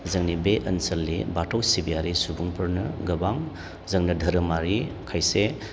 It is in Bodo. जोंनि बे ओनसोलनि बाथौ सिबियारि सुबुंफोरनो गोबां जोंनो धोरोमारि खायसे